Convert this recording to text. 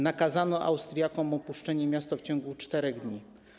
Nakazano Austriakom opuszczenie miasta w ciągu 4 dni.